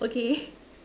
okay